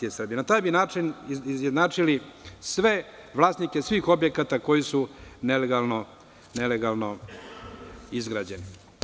Na taj bi način izjednačili sve vlasnike svih objekata koji su nelegalno izgrađeni.